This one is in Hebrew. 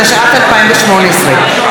התשע"ט 2018,